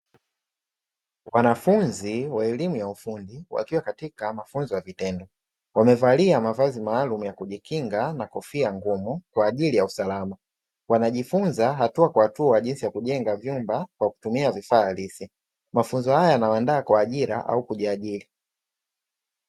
Wanafunzi wa elimu ya ufundi wakiwa katika mafunzo ya vitendo, wamevalia mavazi maalumu ya kujikinga na kofia ngumu kwa ajili ya usalama. Wanajifunza hatua kwa hatua jinsi ya kujenga vyumba kwa kutumia vifaa halisi, mafunzo haya yanawaandaa kwa ajira au kujiajiri.